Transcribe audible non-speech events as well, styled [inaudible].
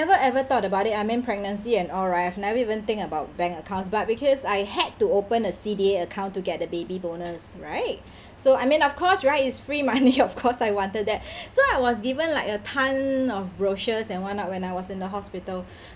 never ever thought about it I meant pregnancy and all right I've never even think about bank accounts but because I had to open a C_D_A account to get the baby bonus right [breath] so I mean of course right it's free money of course I wanted that [breath] so I was given like a ton of brochures and what not when I was in the hospital [breath]